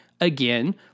again